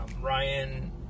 Ryan